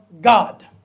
God